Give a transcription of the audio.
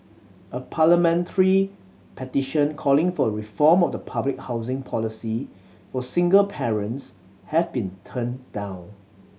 a parliamentary petition calling for a reform of the public housing policy for single parents has been turned down